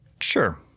Sure